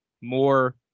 more